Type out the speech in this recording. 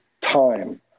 time